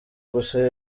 gusa